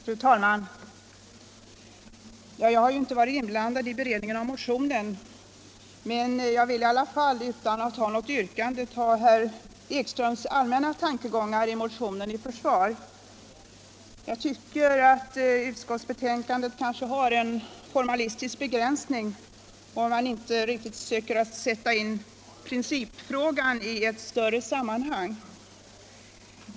Fru talman! Jag har inte varit inblandad i beredningen av motionen. Men jag vill i alla fall — utan att ha något yrkande — ta herr Ekströms allmänna tankegångar i motionen i försvar. Jag tycker att utskottsbetänkandet kanske har en formalistisk begränsning om man inte försöker sätta in principfrågan i ett större sammanhang.